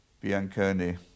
Bianconi